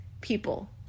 people